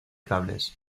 cables